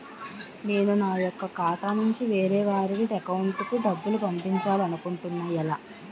నేను నా యెక్క ఖాతా నుంచి వేరే వారి అకౌంట్ కు డబ్బులు పంపించాలనుకుంటున్నా ఎలా?